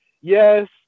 yes